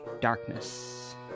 darkness